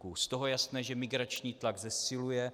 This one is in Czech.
Z toho je jasné, že migrační tlak zesiluje.